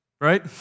right